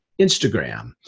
Instagram